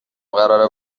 قراره